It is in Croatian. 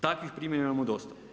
Takvih primjera imamo dosta.